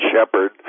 shepherd